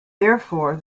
therefore